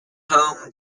home